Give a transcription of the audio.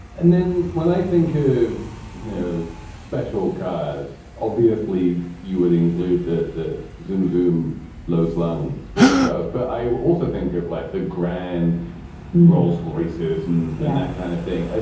and then when i think of no special cause, obviously you would include the the zoom zoom low-slung sports cars. but i also think of like the grand rolls royces and and that kind of thing. ah